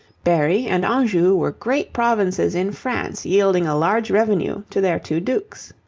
berry and anjou were great provinces in france yielding a large revenue to their two dukes.